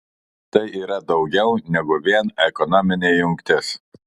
tai yra daugiau negu vien ekonominė jungtis